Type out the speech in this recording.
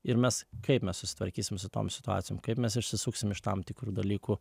ir mes kaip mes susitvarkysim su tom situacijom kaip mes išsisuksim iš tam tikrų dalykų